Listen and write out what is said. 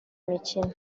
mikino